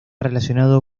relacionado